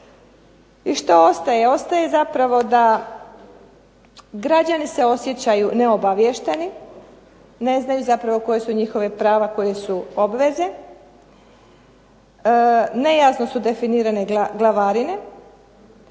I što ostaje? Ostaje zapravo da građani se osjećaju neobaviješteni, ne znaju zapravo koja su njihova prava, koje su obveze. Nejasno su definirane glavarine.